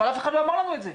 אבל אף אחד לא אמר לנו את זה.